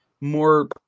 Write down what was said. more